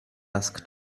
asked